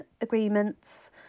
agreements